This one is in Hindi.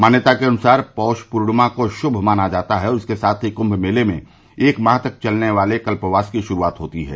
मान्यता के अनुसार पौष पूर्णिमा को शुभ माना जाता है और इसके साथ ही कृंग मेले में एक माह तक चलने वाले कल्पवास की शुरूआत होती है